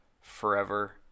forever